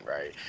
Right